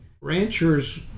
ranchers